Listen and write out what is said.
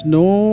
no